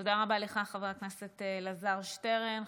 תודה רבה לך, חבר הכנסת אלעזר שטרן.